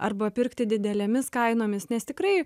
arba pirkti didelėmis kainomis nes tikrai